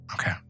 Okay